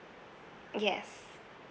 yes